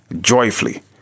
joyfully